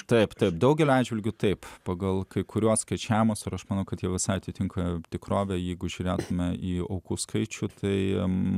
štai taip daugeliu atžvilgių taip pagal kai kuriuos skaičiavimus ir aš manau kad jie visai atitinka tikrovę jeigu žiūrėtumėme į aukų skaičių tai